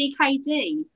CKD